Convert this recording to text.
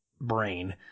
brain